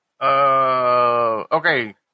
Okay